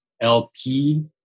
LP